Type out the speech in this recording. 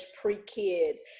pre-kids